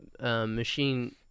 machine